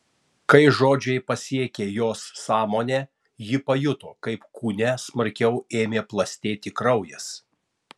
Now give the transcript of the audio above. kai žodžiai pasiekė jos sąmonę ji pajuto kaip kūne smarkiau ėmė plastėti kraujas